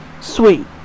Sweet